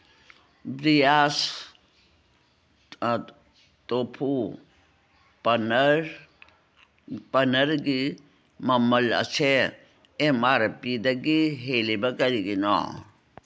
ꯕ꯭ꯔꯤꯌꯥꯁ tofu paneer ꯄꯅꯔꯒꯤ ꯃꯃꯜ ꯑꯁꯦ ꯑꯦꯝ ꯑꯥꯔ ꯄꯤꯗꯒꯤ ꯍꯦꯜꯂꯤꯕ ꯀꯔꯤꯒꯤꯅꯣ